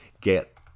get